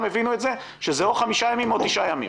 הבינו שזה או חמישה ימים או תשעה ימים.